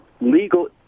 legal